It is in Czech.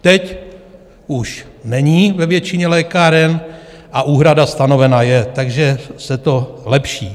Teď už není ve většině lékáren a úhrada stanovena je, takže se to lepší.